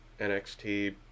NXT